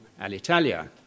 Alitalia